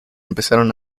empezaron